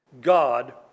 God